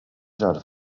żal